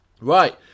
Right